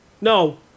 No